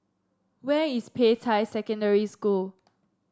where is Peicai Secondary School